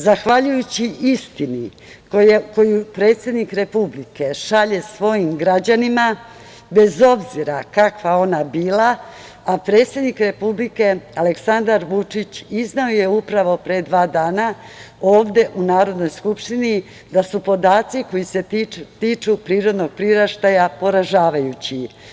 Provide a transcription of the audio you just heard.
Zahvaljujući istini koju predsednik Republike šalje svojim građanima, bez obzira kakva ona bila, a predsednik Republike Aleksandar Vučić izneo je upravo pre dva dana ovde u Narodnoj skupštini da su podaci koji se tiču prirodnog priraštaja poražavajući.